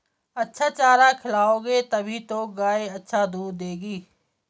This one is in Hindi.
अच्छा चारा खिलाओगे तभी तो गाय अच्छा दूध देगी